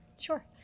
Sure